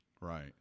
Right